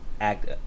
act